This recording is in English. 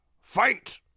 fight